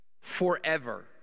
forever